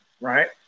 right